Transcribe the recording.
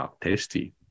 tasty